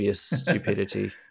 stupidity